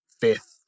fifth